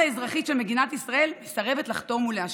האזרחי של מדינת ישראל מסרבת לחתום ולאשר.